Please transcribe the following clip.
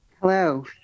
Hello